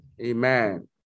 Amen